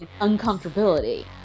uncomfortability